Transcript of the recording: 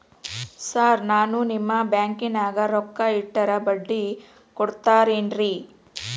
Sir ನಾನು ನಿಮ್ಮ ಬ್ಯಾಂಕನಾಗ ರೊಕ್ಕ ಇಟ್ಟರ ಬಡ್ಡಿ ಕೊಡತೇರೇನ್ರಿ?